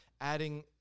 adding